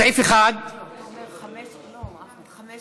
סעיפים 1 57 נתקבלו.